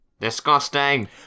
Disgusting